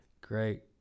Great